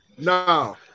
no